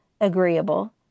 agreeable